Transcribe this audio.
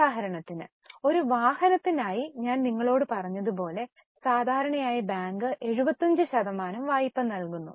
ഉദാഹരണത്തിന് ഒരു വാഹനത്തിനായി ഞാൻ നിങ്ങളോട് പറഞ്ഞതുപോലെ സാധാരണയായി ബാങ്ക് 75 ശതമാനം വായ്പ നൽകുന്നു